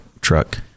truck